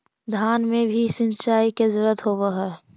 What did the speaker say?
धान मे भी सिंचाई के जरूरत होब्हय?